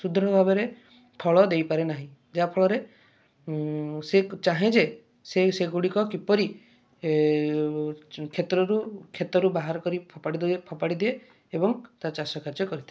ସୁଦୃଢ଼ ଭାବରେ ଫଳ ଦେଇ ପାରେ ନାହିଁ ଯାହା ଫଳରେ ସେ ଚାହେଁ ଯେ ସେ ସେଗୁଡ଼ିକ କିପରି କ୍ଷେତ୍ରରୁ କ୍ଷେତରୁ ବାହାର କରି ଫୋପାଡ଼ି ଦଏ ଫୋପାଡ଼ି ଦିଏ ଏବଂ ତା ଟାଷ କାର୍ଯ୍ୟ କରିଥାଏ